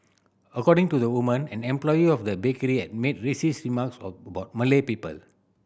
according to the woman an employee of the bakery had made racist remarks a about Malay people